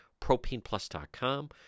propaneplus.com